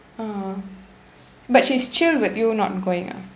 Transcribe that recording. ah but she's chill with you not going ah